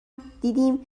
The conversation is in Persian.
دیدیم